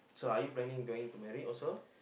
so are you planning going to marry also